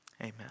amen